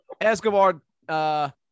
Escobar